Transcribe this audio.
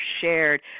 shared